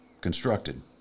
constructed